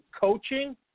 coaching